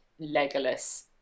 Legolas